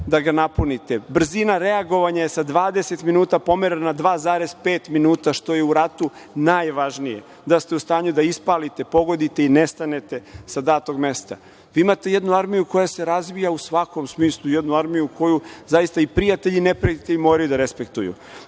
da ga napunite, brzina reagovanja je sa 20 minuta pomerena na 2,5 minuta, što je u ratu najvažnije, da ste u stanju da ispalite, pogodite i nestanete sa datog mesta. Vi imate jednu armiju koja se razvija u svakom smislu, jednu armiju koju zaista i prijatelji i neprijatelji moraju da respektuju.